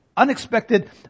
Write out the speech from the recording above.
Unexpected